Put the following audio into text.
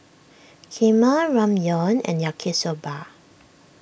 Kheema Ramyeon and Yaki Soba